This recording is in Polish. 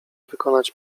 wykonać